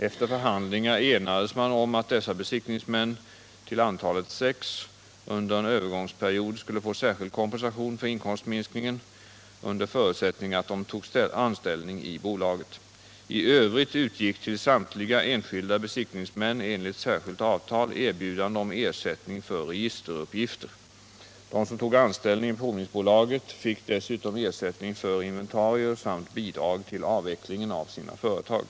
Efter förhandlingar enades man om att dessa besiktningsmän, till antalet sex, under en övergångsperiod skulle få särskild kompensation för inkomstminskningen, under förutsättning att de tog anställning i bolaget. I övrigt utgick till samtliga enskilda besiktningsmän enligt särskilt avtal erbjudande om ersättning för registeruppgifter. De som tog anställning i provningsbolaget fick dessutom ersättning för inventarier samt bidrag till avvecklingen av sina företag.